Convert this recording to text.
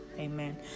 amen